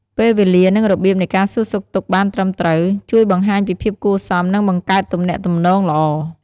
ពេលវេលា និងរបៀបនៃការសួរសុខទុក្ខបានត្រឹមត្រូវ ជួយបង្ហាញពីភាពគួរសម និងបង្កើតទំនាក់ទំនងល្អ។